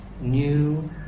new